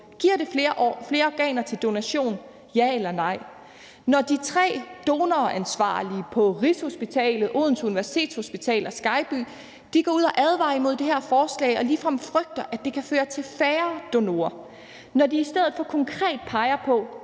Giver det flere organer til donation – ja eller nej? Når de tre donoransvarlige på Rigshospitalet, Odense Universitetshospital og Aarhus Universitetshospital går ud og advarer imod det her forslag og ligefrem frygter, at det kan føre til færre donorer, og når de i stedet for konkret peger på,